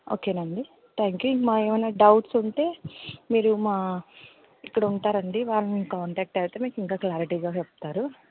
okay అండి thank you ఇంకా మా ఏమైన డౌట్స్ ఉంటే మీరు మా ఇక్కడ ఉంటారండి వాళ్ళని కాంటాక్ట్ అయితే మీకు ఇంకా క్లారిటీగా చెప్తారు